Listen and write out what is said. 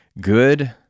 good